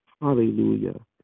Hallelujah